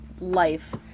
life